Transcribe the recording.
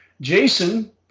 Jason